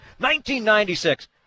1996